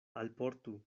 alportu